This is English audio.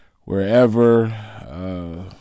wherever